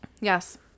yes